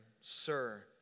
sir